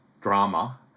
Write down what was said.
drama